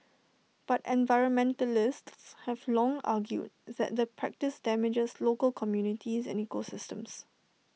but environmentalists have long argued that the practice damages local communities and ecosystems